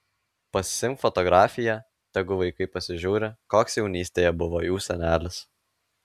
pasiimk fotografiją tegu vaikai pasižiūri koks jaunystėje buvo jų senelis